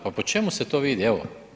Pa po čemu se to vidi evo?